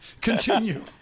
Continue